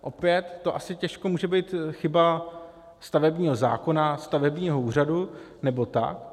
Opět to asi těžko může být chyba stavebního zákona, stavebního úřadu nebo tak.